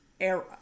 era